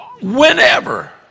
whenever